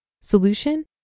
Solution